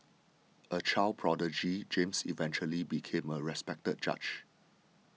a child prodigy James eventually became a respected judge